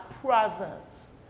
presence